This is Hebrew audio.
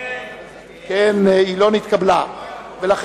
ההסתייגות לא נתקבלה.